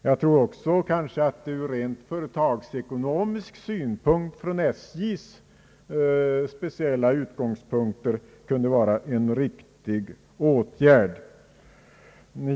Jag tror att det ur ren företagsekonomisk synpunkt från SJ:s speciella utgångspunkter kunde vara en riktig åtgärd.